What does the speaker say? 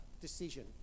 decision